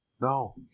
No